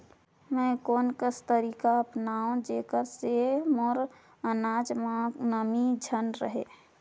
मैं कोन कस तरीका अपनाओं जेकर से मोर अनाज म नमी झन रहे?